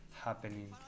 happening